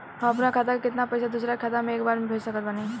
हम अपना खाता से केतना पैसा दोसरा के खाता मे एक बार मे भेज सकत बानी?